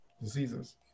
diseases